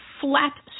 flat